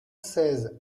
seize